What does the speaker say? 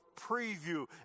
preview